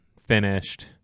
finished